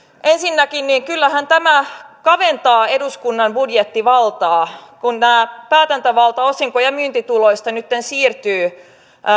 ensinnäkin kyllähän tämä kaventaa eduskunnan budjettivaltaa kun päätäntävalta osinko ja myyntituloista nytten siirtyy